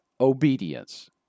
obedience